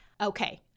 Okay